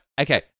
Okay